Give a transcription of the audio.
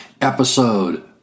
episode